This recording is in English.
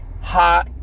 Hot